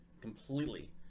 completely